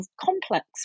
complex